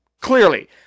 clearly